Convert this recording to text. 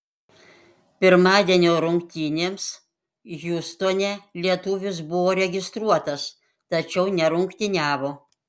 pirmadienio rungtynėms hjustone lietuvis buvo registruotas tačiau nerungtyniavo